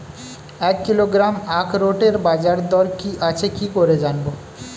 এক কিলোগ্রাম আখরোটের বাজারদর কি আছে কি করে জানবো?